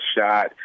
shot